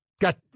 got